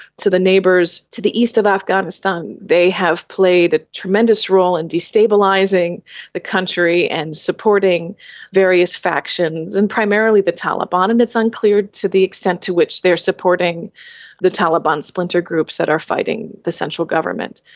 the neighbours to the east of afghanistan, they have played a tremendous role in destabilising the country and supporting various factions and primarily the taliban, and it's unclear to the extent to which they are supporting the taliban splinter groups that are fighting the central government.